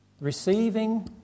receiving